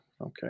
Okay